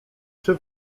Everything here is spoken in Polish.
czy